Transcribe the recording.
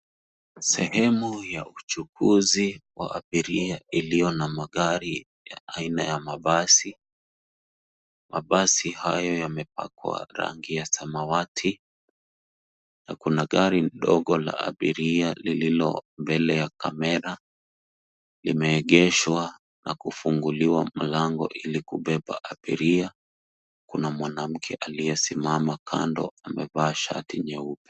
Sehemu ya uchukuzi wa abiria iliyo na magari ya aina ya mabasi. Mabasi hayo yamepakwa rangi ya samawati na kuna gari ndogo la abiria lililo mbele ya kamera lime egeshwa na kufunguliwa mlango ili kubeba abiria. Kuna mwanamke aliyesimama kando ame vaa shati nyeupe.